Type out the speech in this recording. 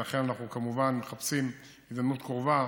ולכן אנחנו כמובן מחפשים הזדמנות קרובה